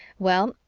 well,